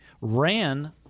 ran